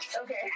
Okay